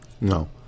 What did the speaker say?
no